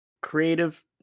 creative